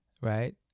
right